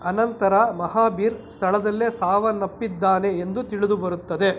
ಆನಂತರ ಮಹಾಬೀರ ಸ್ಥಳದಲ್ಲೇ ಸಾವನ್ನಪ್ಪಿದ್ದಾನೆ ಎಂದು ತಿಳಿದು ಬರುತ್ತದೆ